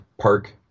park